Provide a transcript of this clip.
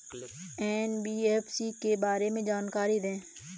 NBFC के बारे में जानकारी दें?